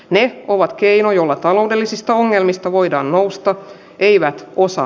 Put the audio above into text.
ne ovat keino jolla taloudellisista ongelmista voidaan nousta eivät usa